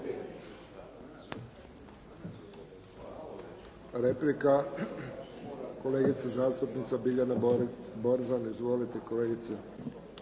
Replika, kolegica zastupnica Biljana Borzan. Izvolite kolegice.